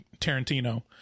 Tarantino